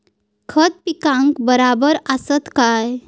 खता पिकाक बराबर आसत काय?